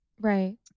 Right